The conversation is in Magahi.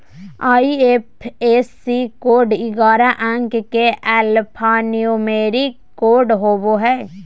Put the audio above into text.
आई.एफ.एस.सी कोड ग्यारह अंक के एल्फान्यूमेरिक कोड होवो हय